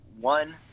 one